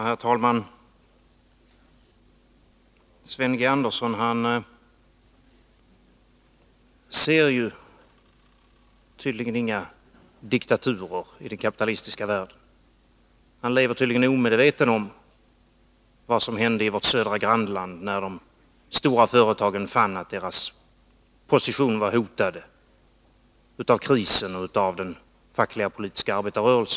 Herr talman! Sven G. Andersson ser tydligen inga diktaturer i den kapitalistiska världen. Han lever tydligen omedveten om vad som hände i vårt södra grannland, när de stora företagen fann att deras position var hotad av krisen och av den fackliga och politiska arbetarrörelsen.